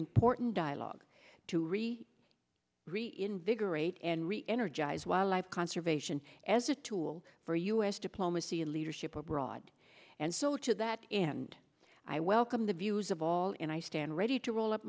important dialogue to really reinvigorate and reenergize wildlife conservation as a tool for u s diplomacy and leadership abroad and so to that and i welcome the views of all and i stand ready to roll up